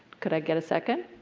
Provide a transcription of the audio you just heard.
can i get a second.